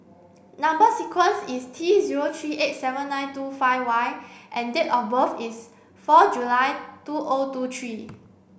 number sequence is T zero three eight seven nine two five Y and date of birth is four July two O two three